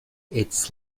its